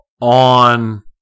On